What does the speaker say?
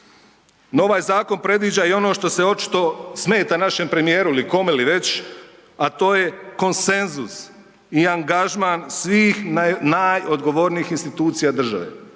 ovaj zakon predviđa i ono što se očito smeta našem premijeru ili kome li već, a to je konsenzus i angažman svih najodgovornijih institucija države